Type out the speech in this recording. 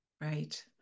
Right